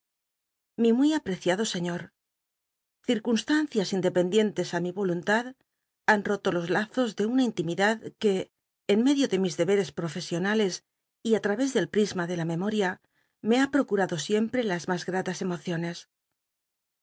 ji muy apreciado iior circunstancias independiente de mi mluntad han oto los lazos de una intimidad que en medio de mis deberes profesionales y á través del prisma de la memoria me ha procurado sicmpe las mas gratas emociones